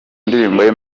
ndirimbo